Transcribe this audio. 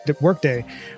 Workday